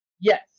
Yes